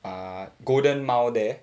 uh golden mile there